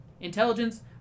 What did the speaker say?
Intelligence